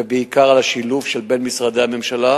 ובעיקר על השילוב שבין משרדי הממשלה,